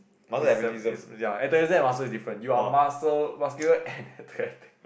is ah is ya muscle is different you are muscle muscular and atheletic